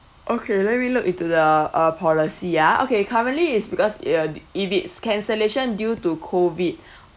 okay let me look into the uh policy ah okay currently it's because uh if it's cancellation due to COVID